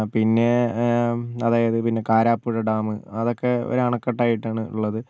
പിന്നെ അതായത് പിന്നെ കരാപ്പുഴ ഡാമ് അതൊക്കെ ഒരണക്കെട്ടായിട്ടാണ് ഉള്ളത്